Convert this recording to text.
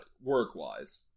Work-wise